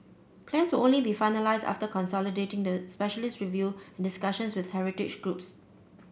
plans will only be finalised after consolidating the specialist review and discussions with heritage groups